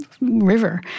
river